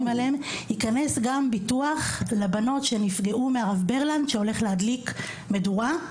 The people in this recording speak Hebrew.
עליהם יכנס גם ביטוח לבנות שנפגעו מהרב ברלנד שהולך להדליק מדורה,